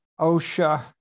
osha